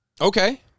okay